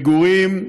מגורים,